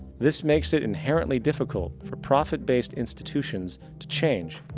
this makes it inherently difficult for profit-based institutions to change,